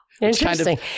Interesting